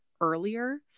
earlier